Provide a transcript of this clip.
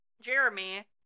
Jeremy